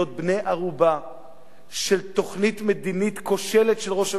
בני ערובה של תוכנית מדינית כושלת של ראש הממשלה,